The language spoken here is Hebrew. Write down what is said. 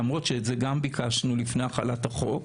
למרות שאת זה גם ביקשנו לפני החלת החוק,